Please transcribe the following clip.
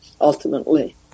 ultimately